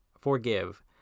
forgive